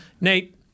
Nate